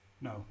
No